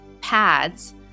pads